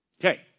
Okay